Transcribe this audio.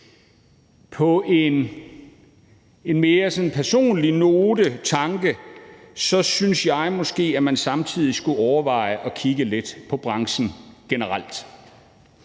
Som en mere personlig note eller tanke synes jeg måske, at man samtidig skulle overveje at kigge lidt på branchen generelt.